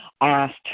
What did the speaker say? asked